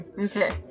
Okay